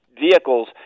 vehicles